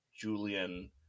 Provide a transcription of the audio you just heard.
Julian